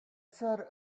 said